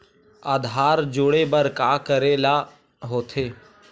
आधार जोड़े बर का करे ला होथे?